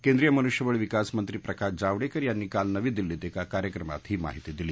केंद्रीय मनुष्यबळ विकास मंत्री प्रकाश जावडेकर यांनी काल नवी दिल्लीत एका कार्यक्रमात ही माहिती दिली